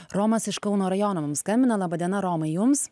romas iš kauno rajono mums skambina laba diena romai jums